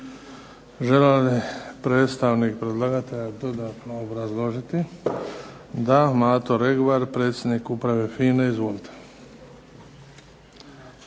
Želi li predstavnik predlagatelja dodatno obrazložiti? Da. Mato Regvar, predsjednik uprave FINA-e. Izvolite.